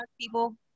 people